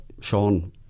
Sean